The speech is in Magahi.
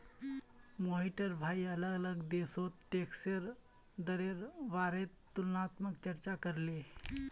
मोहिटर भाई अलग अलग देशोत टैक्सेर दरेर बारेत तुलनात्मक चर्चा करले